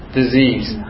disease